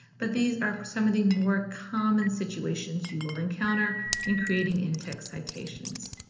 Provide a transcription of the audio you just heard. but these are some of the more common situations you will encounter in creating in-text citations.